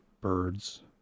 birds